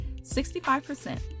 65